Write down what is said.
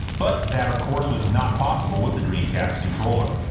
but that of course was not possible with the dreamcast's controller.